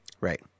Right